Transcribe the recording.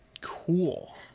Cool